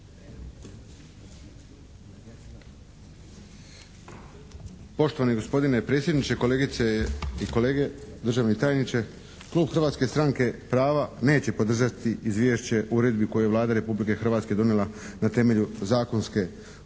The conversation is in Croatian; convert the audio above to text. Poštovani gospodine predsjedniče, kolegice i kolege, državni tajniče. Klub Hrvatske stranke prava neće podržati Izvješće o uredbi koju je Vlada Republike Hrvatske donijela na temelju zakonske ovlasti.